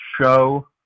show